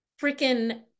freaking